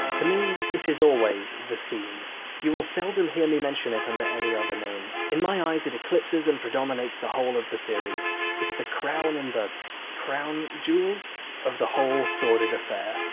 to me it is always the scene you will seldom hear me mention it under any other name. in my eyes, it eclipses and predominates the whole of the series it's the crown in the crown jewels of the whole sordid affair.